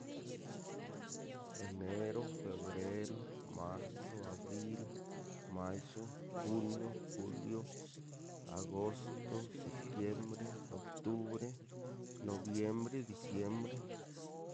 Enero, febrero, marzo, abril, mallo junio julio, agosto, septiembre, octubre, noviembre, diciembre.